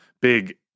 big